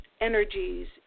energies